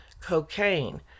cocaine